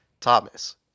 Thomas